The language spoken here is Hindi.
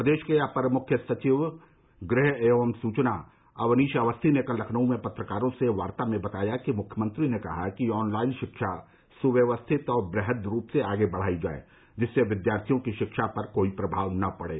प्रदेश के अपर मुख्य सचिव गृह एवं सूचना अवनीश अवस्थी ने कल लखनऊ में पत्रकारों से वार्ता में बताया कि मुख्यमंत्री ने कहा कि ऑनलाइन शिक्षा सुव्यवस्थित और वृहद् रूप से आगे बढ़ायी जाये जिससे विद्यार्थियों की शिक्षा पर कोई प्रभाव न पड़े